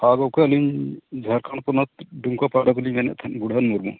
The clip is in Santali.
ᱦᱮᱸ ᱜᱚᱢᱠᱮ ᱟᱹᱞᱤᱧ ᱡᱷᱟᱲᱠᱷᱚᱸᱰ ᱯᱚᱱᱚᱛ ᱫᱩᱢᱠᱟ ᱯᱟᱦᱴᱟ ᱠᱷᱚᱱ ᱞᱤᱧ ᱢᱮᱱᱮᱫ ᱛᱟᱦᱮᱱ ᱜᱩᱰᱟᱹᱱ ᱢᱩᱨᱢᱩ